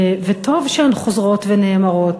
וטוב שהן חוזרות ונאמרות,